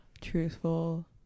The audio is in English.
truthful